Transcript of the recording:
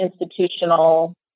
institutional